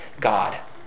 God